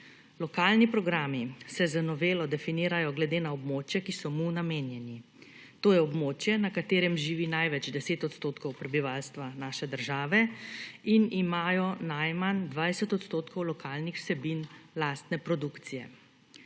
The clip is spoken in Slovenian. Lokalni programi se z novelo definirajo glede na območja, ki so mu namenjeni. To je območje, na katerem živi največ 10 % prebivalstva naše države in imajo najmanj 20 % lokalnih vsebin lastne produkcije.